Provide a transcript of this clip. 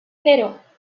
cero